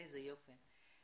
יופי.